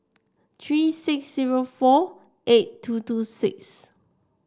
three six zero four eight two two six